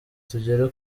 tugere